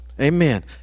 Amen